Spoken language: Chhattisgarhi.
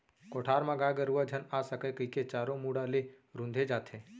कोठार म गाय गरूवा झन आ सकय कइके चारों मुड़ा ले रूंथे जाथे